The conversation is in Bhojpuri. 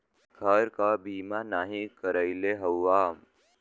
घर क बीमा नाही करइले हउवा